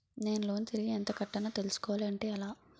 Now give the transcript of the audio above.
నేను లోన్ తిరిగి ఎంత కట్టానో తెలుసుకోవాలి అంటే ఎలా?